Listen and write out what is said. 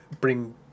bring